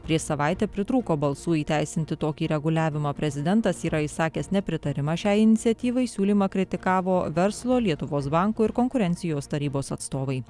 prieš savaitę pritrūko balsų įteisinti tokį reguliavimą prezidentas yra išsakęs nepritarimą šiai iniciatyvai siūlymą kritikavo verslo lietuvos banko ir konkurencijos tarybos atstovai